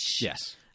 yes